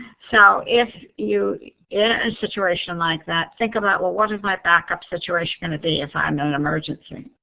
so, if you're in a situation like that, think about well, what is my backup situation going to be if i'm in an emergency?